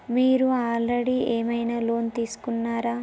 మీరు ఆల్రెడీ ఏమైనా లోన్ తీసుకున్నారా?